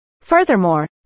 Furthermore